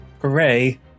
Hooray